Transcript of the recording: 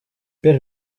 père